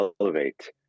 elevate